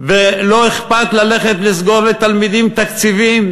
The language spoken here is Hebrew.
ולא אכפת לסגור לתלמידים תקציבים